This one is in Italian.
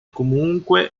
comunque